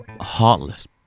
heartless